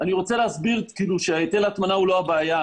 אני רוצה להסביר שהיטל ההטמנה הוא לא הבעיה,